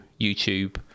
YouTube